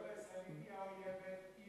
התקשורת הישראלית היא האויבת.